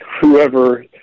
whoever